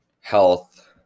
health